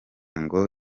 ngo